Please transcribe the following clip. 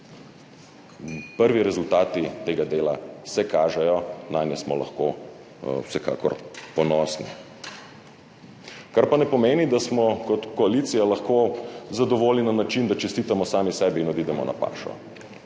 Prvi rezultati tega dela se kažejo, nanje smo lahko vsekakor ponosni. Kar pa ne pomeni, da smo kot koalicija lahko zadovoljni na način, da čestitamo sami sebi in odidemo na pašo.